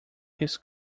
his